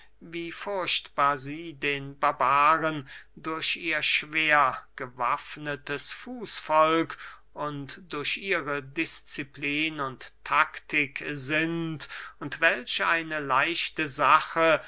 wie furchtbar sie den barbaren durch ihr schwer bewaffnetes fußvolk und durch ihre disciplin und taktik sind und welch eine leichte sache